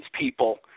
people